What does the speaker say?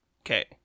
okay